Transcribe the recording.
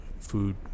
food